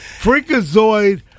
Freakazoid